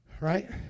Right